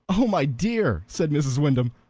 oh my dear, said mrs. wyndham,